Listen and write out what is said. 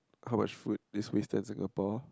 how much food they wasted in Singapore